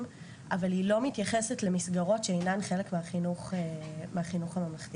אבל היא לא מתייחסת למסגרות שאינן חלק מהחינוך הממלכתי.